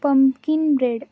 pumpkin bread